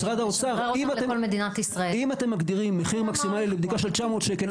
משרד האוצר: אם אתם מגדירים מחיר מקסימלי לבדיקה של 900 שקל,